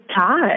Todd